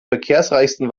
verkehrsreichsten